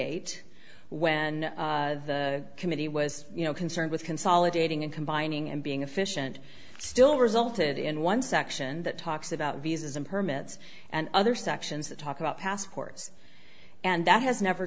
eight when the committee was you know concerned with consolidating and combining and being efficient still resulted in one section that talks about visas and permits and other sections that talk about passports and that has never